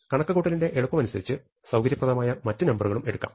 കണക്ക് കൂട്ടലിന്റെ എളുപ്പമനുസരിച്ചു സൌകര്യപ്രദമായ മറ്റു നമ്പറുകളും എടുക്കാം